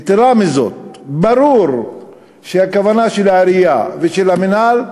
יתרה מזאת, ברור שהכוונה של העירייה ושל המינהל,